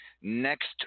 next